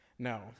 No